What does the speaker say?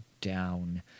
down